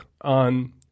on